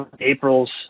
April's